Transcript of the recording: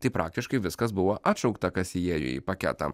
tai praktiškai viskas buvo atšaukta kas įėjo į paketą